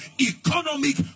economic